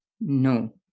No